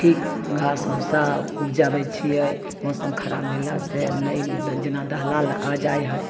घास भुस्सा उपजाबै छिए मौसम खराब भेला से नहि जेना दहला आ जाइ हइ